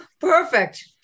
perfect